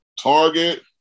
Target